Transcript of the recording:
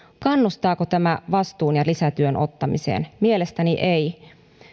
kannustaako tämä vastuun ja lisätyön ottamiseen mielestäni ei